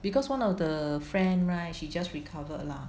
because one of the friend right she just recovered lah